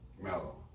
Mellow